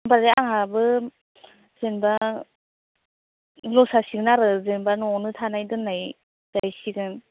होमबालाय आंहाबो जेनेबा लस जासिगोन आरो जेनेबा न'वावनो थानाय दोन्नाय जाहैसिगोन